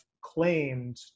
claimed